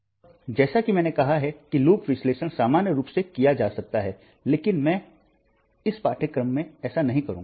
अब जैसा कि मैंने कहा कि लूप विश्लेषण सामान्य रूप से किया जा सकता है लेकिन मैं इस पाठ्यक्रम में ऐसा नहीं करूंगा